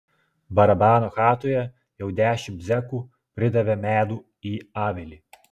barabano chatoje jau dešimt zekų pridavė medų į avilį